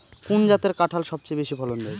কোন জাতের কাঁঠাল সবচেয়ে বেশি ফলন দেয়?